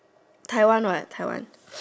Taiwan what Taiwan